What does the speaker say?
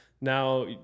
now